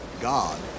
God